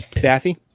daffy